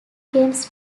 games